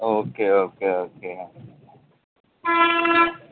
okay okay okay